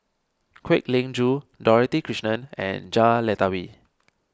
Kwek Leng Joo Dorothy Krishnan and Jah Lelawati